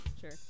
Sure